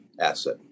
asset